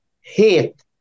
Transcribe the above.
hate